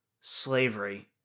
Slavery